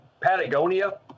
Patagonia